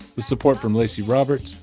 with support from lacy roberts,